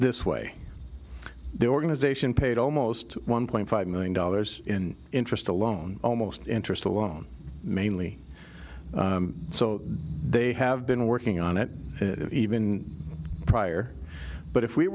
this way their organization paid almost one point five million dollars in interest alone almost interest alone mainly so they have been working on it even prior but if we